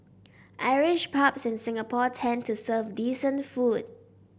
Irish pubs in Singapore tend to serve decent food